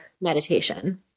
meditation